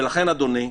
ולכן אדוני,